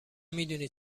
میدونی